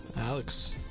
Alex